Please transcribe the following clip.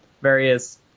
various